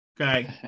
Okay